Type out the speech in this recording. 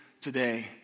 today